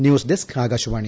news desk Akashvani